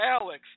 Alex